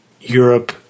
Europe